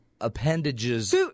Appendages